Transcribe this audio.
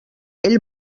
ell